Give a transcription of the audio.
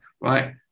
right